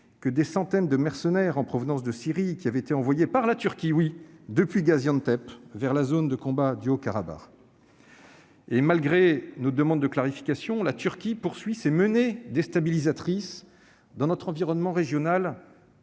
que des centaines de mercenaires, notamment en provenance de Syrie, avaient été envoyés par la Turquie depuis Gaziantep vers la zone de combat du Haut-Karabagh. Malgré nos demandes de clarification, la Turquie poursuit ses menées déstabilisatrices dans notre environnement régional